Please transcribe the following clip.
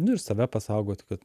nu ir save pasaugot kad